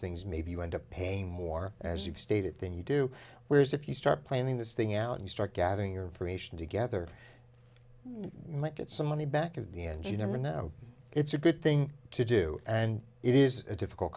things maybe you end up paying more as you've stated than you do whereas if you start planning this thing out you start gathering your information together might get some money back at the end you never know it's a good thing to do and it is a difficult